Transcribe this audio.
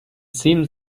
seems